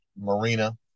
Marina